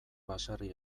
baserri